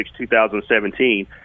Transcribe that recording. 2017